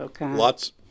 lots